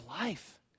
life